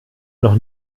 noch